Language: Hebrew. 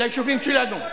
ליישובים שלנו.